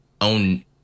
own